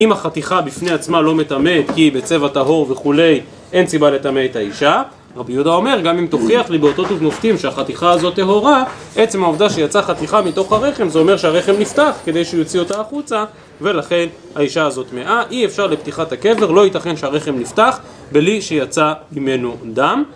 אם החתיכה בפני עצמה לא מטמאת כי היא בצבע טהור וכולי, אין סיבה לטמא את האישה. רבי יהודה אומר, גם אם תוכיח לי באותות ובמופתים שהחתיכה הזאת טהורה, עצם העובדה שיצאה חתיכה מתוך הרחם, זה אומר שהרחם נפתח כדי שהוא יוציא אותה החוצה, ולכן האישה הזאת טמאה. אי אפשר לפתיחת הקבר, לא ייתכן שהרחם נפתח בלי שיצא ממנו דם.